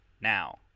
now